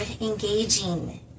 engaging